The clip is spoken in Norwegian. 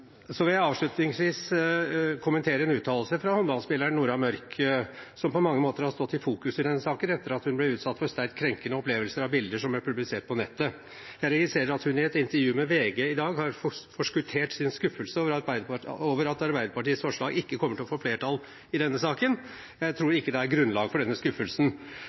Avslutningsvis vil jeg kommentere en uttalelse fra håndballspilleren Nora Mørk, som på mange måter har stått i sentrum i denne saken etter at hun ble utsatt for sterkt krenkende opplevelser da bilder av henne ble publisert på nettet. Jeg registrerer at hun i et intervju med VG i dag har forskuttert sin skuffelse over at Arbeiderpartiets forslag ikke kommer til å få flertall i denne saken. Jeg tror ikke det er grunnlag for den skuffelsen.